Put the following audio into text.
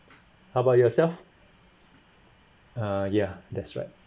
how about yourself uh ya that's right